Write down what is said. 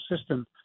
system